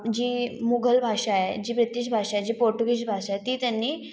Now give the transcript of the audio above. जी मुघल भाषा आहे जी ब्रितीश भाषा आहे जी पोर्टूगीज भाषा आहे ती त्यांनी